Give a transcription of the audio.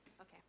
Okay